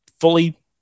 fully